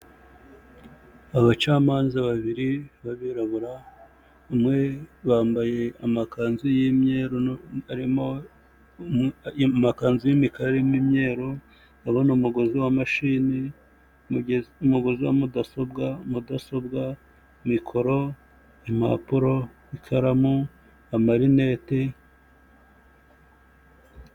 Abacamanza babiri b'abirabura, bambaye amakanzu y'imikara arimo imyeru, ndabona umugozi wa mudasobwa, mudasobwa, mikoro, impapuro, ikaramu, amarinete.